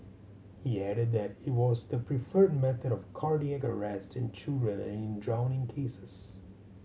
he added that it was the preferred method of cardiac arrest in children and in drowning cases